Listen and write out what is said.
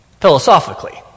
philosophically